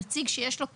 נציג שיש לו כוח.